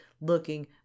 looking